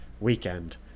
weekend